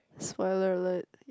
spoiler alert